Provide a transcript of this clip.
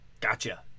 gotcha